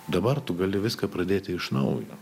dabar tu gali viską pradėti iš naujo